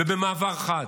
במעבר חד,